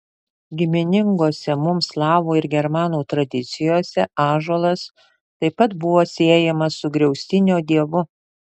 giminingose mums slavų ir germanų tradicijose ąžuolas taip pat buvo siejamas su griaustinio dievu